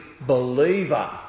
believer